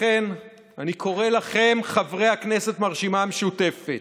לכן אני קורא לכם, חברי הכנסת מהרשימה המשותפת,